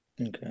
Okay